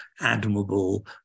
admirable